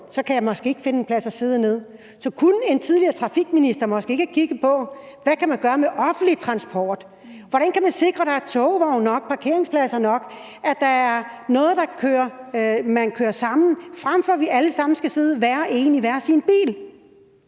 kan jeg måske ikke finde en plads at sidde ned. Så kunne en tidligere trafikminister måske ikke have kigget på, hvad man kan gøre med offentlig transport? Hvordan kan man sikre, at der er togvogne nok, parkeringspladser nok – at der er noget, hvor man kører sammen, frem for at vi alle sammen skal sidde én i hver vores bil?